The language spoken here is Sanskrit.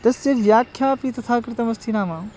तस्य व्याख्या अपि तथा कृतमस्ति नाम